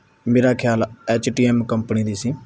ਮੇਰਾ ਖਿਆਲ H T M company ਦੀ ਸੀ